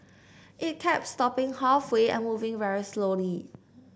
it kept stopping halfway and moving very slowly